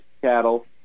cattle